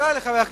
תודה רבה.